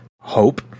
hope